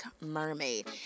Mermaid